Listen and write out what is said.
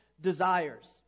desires